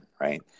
right